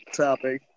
topic